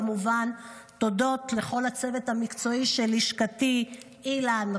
כמובן תודות לכל הצוות המקצועי של לשכתי: אילן,